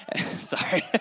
Sorry